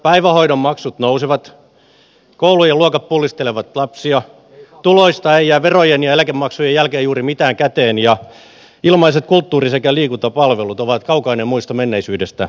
päivähoidon maksut nousevat koulujen luokat pullistelevat lapsia tuloista ei jää verojen ja eläkemaksujen jälkeen juuri mitään käteen ja ilmaiset kulttuuri sekä liikuntapalvelut ovat kaukainen muisto menneisyydestä